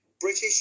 British